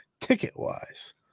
ticket-wise